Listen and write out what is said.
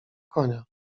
konia